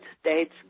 States